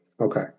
Okay